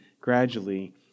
gradually